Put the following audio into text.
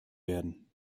werden